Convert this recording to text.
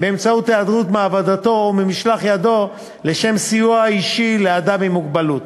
באמצעות היעדרות מעבודתו או ממשלח ידו לשם סיוע אישי לאדם עם מוגבלות,